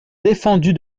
défendue